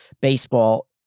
baseball